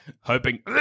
hoping